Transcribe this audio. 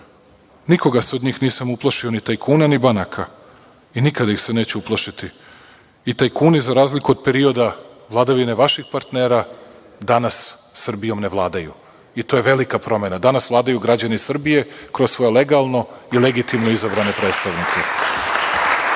Nikoga se od njih nisam uplašio, ni tajkuna, ni banaka i nikada ih se neću uplašiti. I tajkuni za razliku od perioda vladavine vaših partnera, danas Srbijom ne vladaju. I to je velika promena. Danas vladaju građani Srbije kroz svoje legalno i legitimno izabrane predstavnike. Takođe,